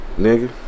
Nigga